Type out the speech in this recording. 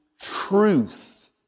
truth